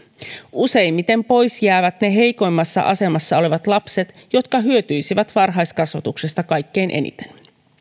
useimmiten pois jäävät heikoimmassa asemassa olevat lapset jotka hyötyisivät varhaiskasvatuksesta kaikkein eniten